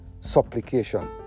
supplication